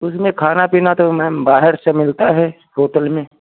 कुछ नहीं खाना पीना तो मैम बाहर से मिलता है होटल में